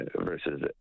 versus